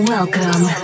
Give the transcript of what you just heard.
Welcome